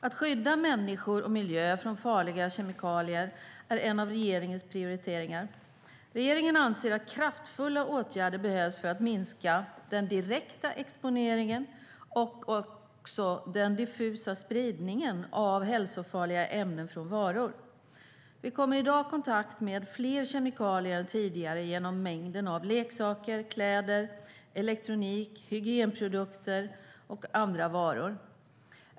Att skydda människor och miljö från farliga kemikalier är en av regeringens prioriteringar. Regeringen anser att kraftfulla åtgärder behövs för att minska den direkta exponeringen och också den diffusa spridningen av hälsofarliga ämnen från varor. Vi kommer i dag i kontakt med fler kemikalier än tidigare genom mängden av leksaker, kläder, elektronik, hygienprodukter och andra varor.